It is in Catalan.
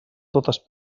totes